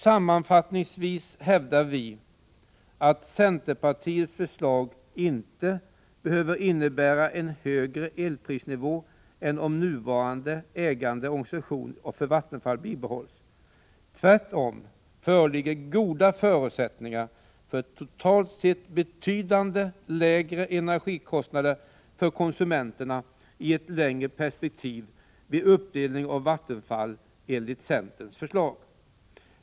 Sammanfattningsvis hävdar vi att centerpartiets förslag inte behöver innebära en högre elprisnivå än om nuvarande ägande av och organisation för Vattenfall bibehålls. Tvärtom föreligger i ett längre perspektiv goda förutsättningar för totalt sett lägre energikostnader för konsumenterna vid en uppdelning av Vattenfall enligt centerns förslag.